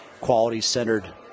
quality-centered